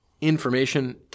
information